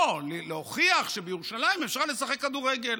לא, להוכיח שבירושלים אפשר לשחק כדורגל.